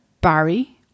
Barry